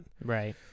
Right